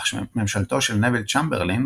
אך ממשלתו של נוויל צ'מברלין,